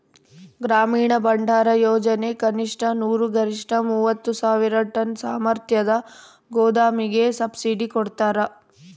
ಗ್ರಾಮೀಣ ಭಂಡಾರಯೋಜನೆ ಕನಿಷ್ಠ ನೂರು ಗರಿಷ್ಠ ಮೂವತ್ತು ಸಾವಿರ ಟನ್ ಸಾಮರ್ಥ್ಯದ ಗೋದಾಮಿಗೆ ಸಬ್ಸಿಡಿ ಕೊಡ್ತಾರ